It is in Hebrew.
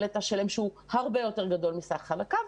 את השלם שהוא הרבה יותר גדול מסך חלקיו,